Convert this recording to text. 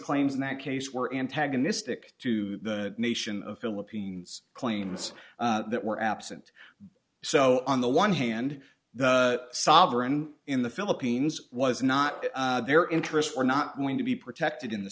claims in that case were antagonistic to the nation of philippines claims that were absent so on the one hand the sovereign in the philippines was not their interests were not going to be protected in the